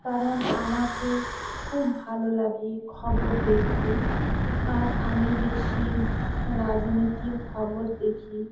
কারণ আমাকে খুব ভালো লাগে খবর দেখতে আর আমি বেশি রাজনীতির খবর দেখি